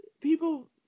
people